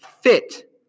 fit